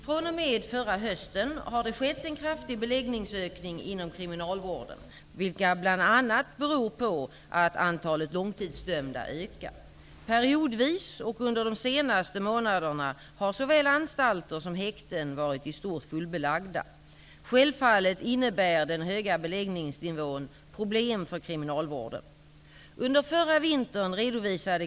Från och med förra hösten har det skett en kraftig beläggningsökning inom kriminalvården, vilket bl.a. beror på att antalet långtidsdömda ökar. Periodvis och under de senaste månaderna har såväl anstalter som häkten i stort sett varit fullbelagda. Självfallet innebär den höga beläggningsnivån problem för kriminalvården.